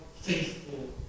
faithful